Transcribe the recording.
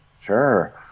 Sure